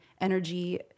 energy